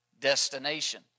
destination